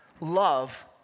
love